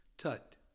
Tut